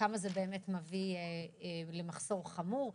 וכמה זה באמת מביא למחסור חמור?